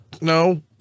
no